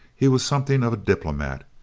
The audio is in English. he was something of a diplomat.